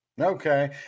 Okay